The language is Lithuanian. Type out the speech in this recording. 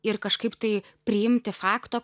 ir kažkaip tai priimti fakto